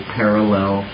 parallel